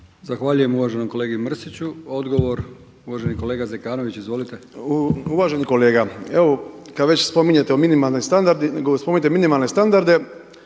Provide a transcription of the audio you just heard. Zahvaljujem uvaženom kolegi Mrsiću. Odgovor uvaženi kolega Zekanović, izvolite. **Zekanović, Hrvoje (HRAST)** Uvaženi kolega, kad već spominjete minimalne standarde